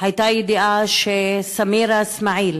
הייתה ידיעה שסמירה אסמאעיל